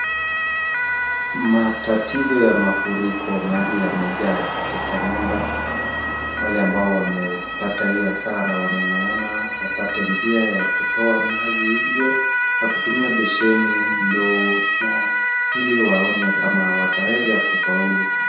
Matatizo ya mafuriko, maji yamejaa katika nyumba. Wale ambao wamepata hii hasara wanang'ang'ana wapate njia ya kutoa maji nje wakitumia beseni, ndoo, ili waone kama wataweza kufaulu.